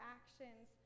actions